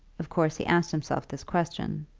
of course he asked himself this question.